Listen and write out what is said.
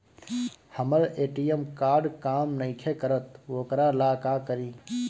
हमर ATM card काम नईखे करत वोकरा ला का करी?